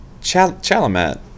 Chalamet